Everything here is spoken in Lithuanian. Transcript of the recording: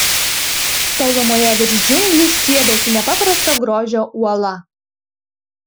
tolumoje virš džiunglių stiebėsi nepaprasto grožio uola